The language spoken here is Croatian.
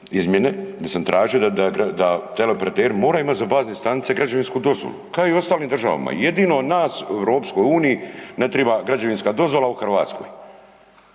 izmjene, gdje sam tražio da teleoperateri moraju imati za bazne stanice građevinsku dozvolu, kao i u ostalim državama. Jedino nas u EU ne triba građevinska dozvola u Hrvatskoj.